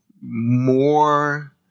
more